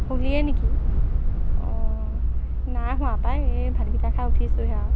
শুলিয়ে নেকি অঁ নাই শোৱা পাই এই ভালকেইটা খাই উঠিছোঁহে আৰু